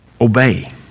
Obey